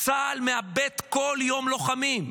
צה"ל מאבד כל יום לוחמים,